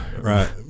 right